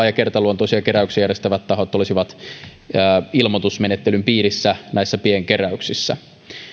ja kertaluontoisia keräyksiä järjestävät tahot olisivat ilmoitusmenettelyn piirissä näissä pienkeräyksissä